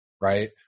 right